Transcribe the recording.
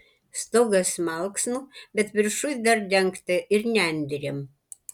stogas malksnų bet viršuj dar dengta ir nendrėm